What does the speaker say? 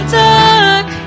dark